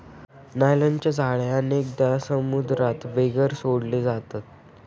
नायलॉनच्या जाळ्या अनेकदा समुद्रात वगैरे सोडले जातात